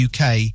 UK